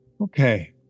Okay